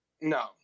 No